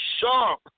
Sharp